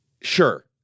Sure